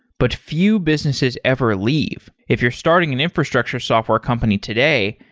but few businesses ever leave. if you're starting an infrastructure software company today,